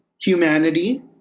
humanity